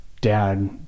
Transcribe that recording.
dad